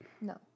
No